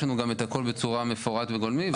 יש לנו גם את הכול בצורה מפורש וגולמי.